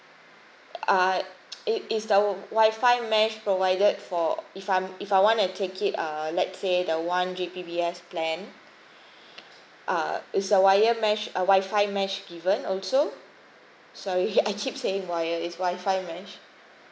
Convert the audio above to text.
uh is is the wifi mesh provided for if I'm if I want to take it uh let's say the one G_B_P_S plan uh is a wire mesh err wifi mesh given also sorry I keep saying wire it's wifi mesh